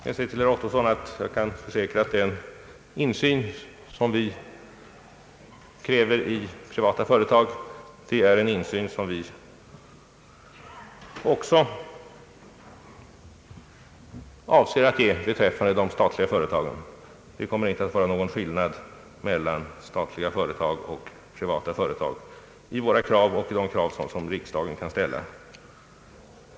Jag kan försäkra herr Ottosson att den insyn, som vi kräver i privata företag, avser vi också att ge beträffande de statliga företagen. Det kommer inte att vara någon skillnad mellan statliga och privata företag i våra krav och i de krav som riksdagen kan ställa.